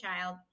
child